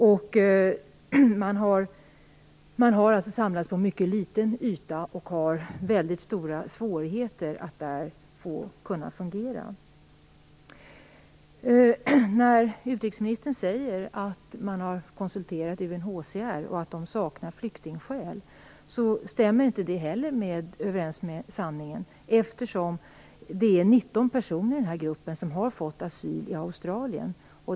De har alltså samlats på en mycket liten yta och har väldigt stora svårigheter att fungera där. När utrikesministern säger att man har konsulterat UNHCR och att dessa människor saknar flyktingskäl, stämmer inte heller det överens med sanningen eftersom det är 19 personer i den här gruppen som har fått asyl i Australien.